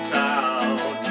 town